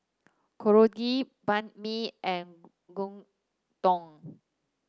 korokke Banh Mi and Gyudon